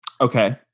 Okay